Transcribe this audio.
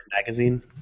Magazine